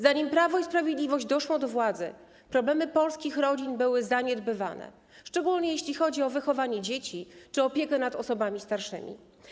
Zanim Prawo i Sprawiedliwość doszło do władzy, problemy polskich rodzin były zaniedbywane, szczególnie jeśli chodzi o wychowanie dzieci czy opiekę nad osobami starszymi.